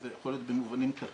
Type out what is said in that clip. זה יכול להיות במובנים כלכליים,